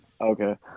Okay